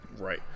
Right